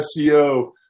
seo